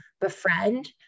befriend